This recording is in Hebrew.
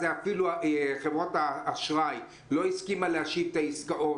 אפילו חברות האשראי לא הסכימו להשיב את העסקאות.